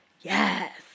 yes